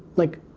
like.